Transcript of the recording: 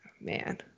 man